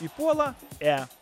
įpuola e